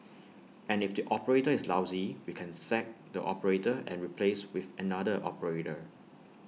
and if the operator is lousy we can sack the operator and replace with another operator